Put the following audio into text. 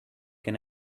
can